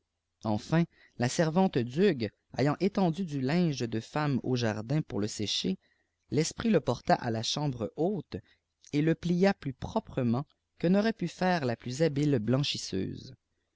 enfin la servante d'hugues ayant étendu du linge de femme au jardin pour le sécher l'esprit le porta à la chambre haute et le plia plus proprement que n'aurait pu faire la plus habile bwxhisseuse